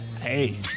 Hey